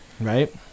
Right